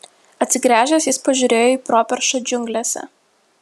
atsigręžęs jis pažiūrėjo į properšą džiunglėse